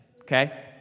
okay